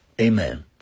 Amen